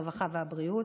הרווחה והבריאות,